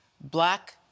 black